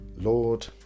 Lord